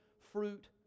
fruit